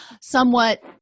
somewhat